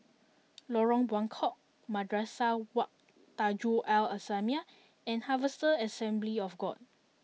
Lorong Buangkok Madrasah Wak Tanjong Al islamiah and Harvester Assembly of God